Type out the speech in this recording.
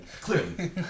Clearly